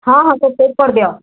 ହଁ ହଁ ତାକୁ ପ୍ୟାକ୍ କରିଦିଅ